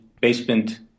basement